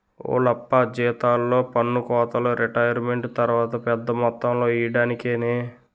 ఓలప్పా జీతాల్లో పన్నుకోతలు రిటైరుమెంటు తర్వాత పెద్ద మొత్తంలో ఇయ్యడానికేనే